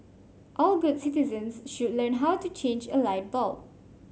all good citizens should learn how to change a light bulb